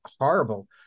horrible